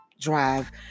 drive